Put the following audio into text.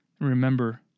remember